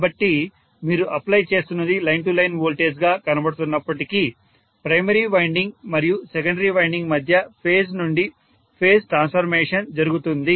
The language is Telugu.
కాబట్టి మీరు అప్లై చేస్తున్నది లైన్ టు లైన్ వోల్టేజ్ గా కనబడుతున్నప్పటికీ ప్రైమరీ వైండింగ్ మరియు సెకండరీ వైండింగ్ మధ్య ఫేజ్ నుండి ఫేజ్ ట్రాన్స్ఫర్మేషన్ జరుగుతుంది